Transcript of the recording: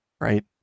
right